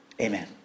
Amen